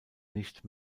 nicht